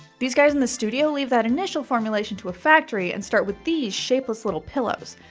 these guys in the studio leave that initial formulation to a factory and start with these shapeless little pillows.